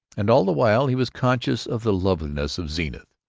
and all the while he was conscious of the loveliness of zenith.